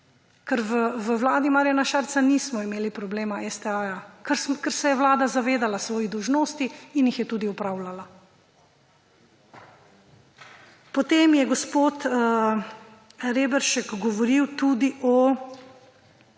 Ker v vladi Marjana Šarca nismo imeli problema STA, ker se je vlada zavedala svojih dolžnosti in jih je tudi opravljala. Potem je gospod Reberšek govoril tudi o